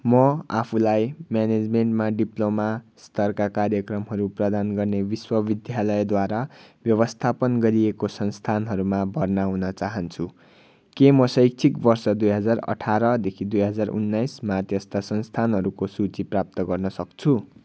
म आफूलाई म्यानेजमेन्टमा डिप्लोमा स्तरका कार्यक्रमहरू प्रदान गर्ने विश्वविद्यालयद्वारा व्यवस्थापन गरिएको संस्थानहरूमा भर्ना हुन चाहन्छु के म शैक्षिक वर्ष दुई हजार अठारदेखि दुई हजार उन्नाइसमा त्यस्ता संस्थानहरूको सूची प्राप्त गर्न सक्छु